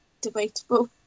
debatable